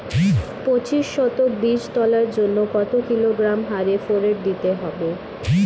পঁচিশ শতক বীজ তলার জন্য কত কিলোগ্রাম হারে ফোরেট দিতে হবে?